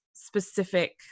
specific